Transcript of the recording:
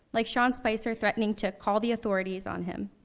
like sean spicer threatening to call the authorities on him.